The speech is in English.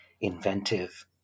inventive